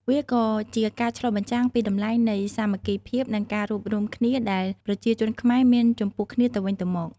វាក៏ជាការឆ្លុះបញ្ចាំងពីតម្លៃនៃសាមគ្គីភាពនិងការរួបរួមគ្នាដែលប្រជាជនខ្មែរមានចំពោះគ្នាទៅវិញទៅមក។